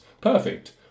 Perfect